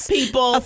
people